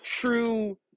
true